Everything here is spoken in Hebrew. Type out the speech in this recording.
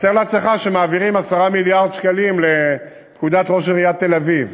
אז תאר לעצמך שמעבירים 10 מיליארד שקלים לפקודת ראש עיריית תל-אביב.